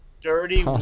dirty